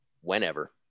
whenever